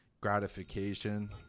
gratification